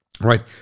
right